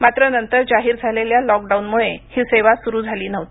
मात्र नंतर जाहीर झालेल्या लॉकडाऊन मुळे ही सेवा सुरू झाली नव्हती